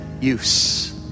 use